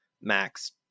Max